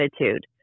attitude